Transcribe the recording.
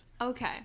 Okay